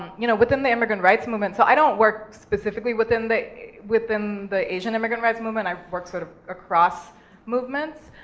you know, within the immigrants rights movement, so i don't work specifically within the within the asian immigrants right movement. i work sort of across movements,